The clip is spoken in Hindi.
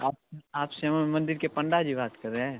आप आप श्रीमन मंदिर के पंडा जी बात कर रहे हैं